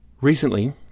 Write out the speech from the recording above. Recently